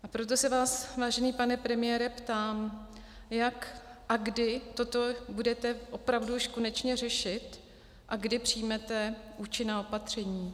A proto se vás, vážený pane premiére, ptám, jak a kdy toto budete opravdu už konečně řešit a kdy přijmete účinná opatření?